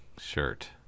shirt